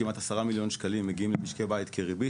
כמעט 10 מיליון ₪ מגיעים למשקי בית כריבית,